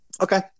Okay